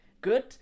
good